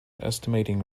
estimating